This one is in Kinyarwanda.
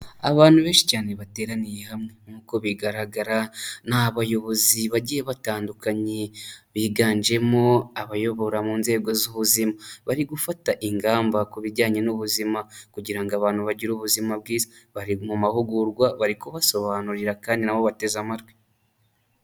Abantu benshi cyane bateraniye hamwe, nk'uko bigaragara ni abayobozi bagiye batandukanye, biganjemo abayobora mu nzego z'ubuzima, bari gufata ingamba ku bijyanye n'ubuzima kugira ngo abantu bagire ubuzima bwiza, bari mu mahugurwa bari kubasobanurira kandi na bo bateze amatwi.